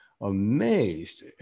amazed